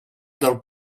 del